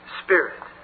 spirit